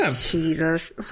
Jesus